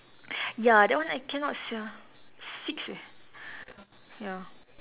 ya that one I cannot sia six eh ya